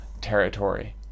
territory